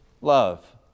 Love